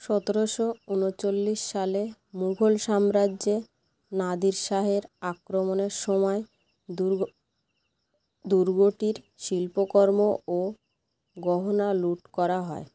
সতেরোশো উনচল্লিশ সালে মুঘল সাম্রাজ্যে নাদির শাহের আক্রমণের সময় দুর্গ দুর্গটির শিল্পকর্ম ও গহনা লুট করা হয়